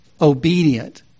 obedient